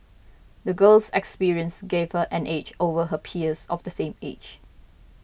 the girl's experiences gave her an edge over her peers of the same age